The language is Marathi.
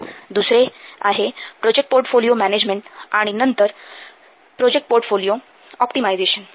२००५ दुसरे आहे प्रोजेक्ट पोर्टफोलिओ मॅनॅजमेन्ट आणि नंतर प्रोजेक्ट पोर्टफोलिओ ऑप्टिमायझेशन